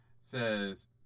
says